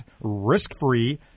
risk-free